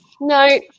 No